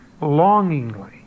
longingly